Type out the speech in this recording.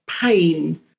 pain